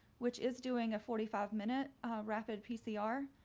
which is doing a forty five minute rapid pcr,